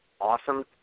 awesome